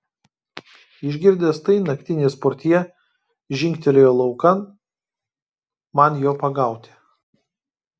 išgirdęs tai naktinis portjė žingtelėjo laukan man jo pagauti